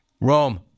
Rome